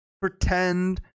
pretend